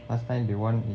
last time that one is